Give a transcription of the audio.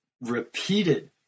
repeated